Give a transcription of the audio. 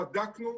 בדקנו.